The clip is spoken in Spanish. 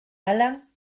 alan